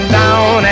down